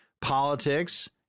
politics